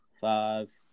five